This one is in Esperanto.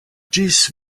ĝis